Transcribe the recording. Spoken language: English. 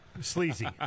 Sleazy